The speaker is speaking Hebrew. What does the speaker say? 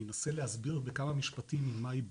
אני אנסה להסביר בכמה משפטים ממה היא נובעת.